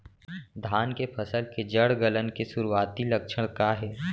धान के फसल के जड़ गलन के शुरुआती लक्षण का हे?